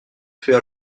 fait